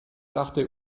dachte